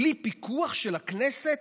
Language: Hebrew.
בלי פיקוח של הכנסת,